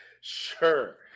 Sure